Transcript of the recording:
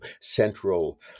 central